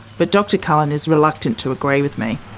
but dr cullen is reluctant to agree with me.